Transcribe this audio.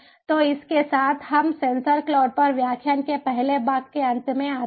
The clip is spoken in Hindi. तो इसके साथ हम सेंसर क्लाउड पर व्याख्यान के पहले भाग के अंत में आते हैं